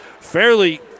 fairly